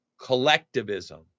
collectivism